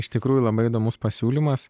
iš tikrųjų labai įdomus pasiūlymas